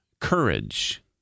Courage